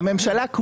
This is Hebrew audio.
הממשלה,